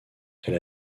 elle